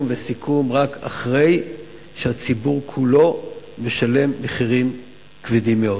וסיכום רק אחרי שהציבור כולו משלם מחירים כבדים מאוד.